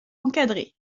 encadrée